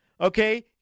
Okay